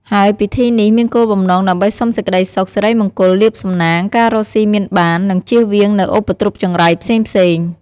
ហើយពិធីនេះមានគោលបំណងដើម្បីសុំសេចក្តីសុខ សិរីមង្គល លាភសំណាង ការរកស៊ីមានបាន និងចៀសវាងនូវឧបទ្រពចង្រៃផ្សេងៗ។